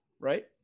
right